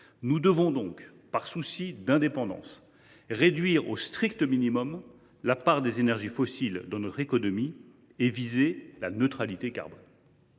Nous devons donc, par souci de renforcer notre indépendance, réduire au strict minimum la part des énergies fossiles dans notre économie et viser la neutralité carbone.